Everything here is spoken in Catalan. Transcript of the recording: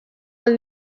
del